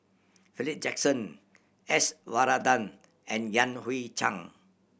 Philip Jackson S Varathan and Yan Hui Chang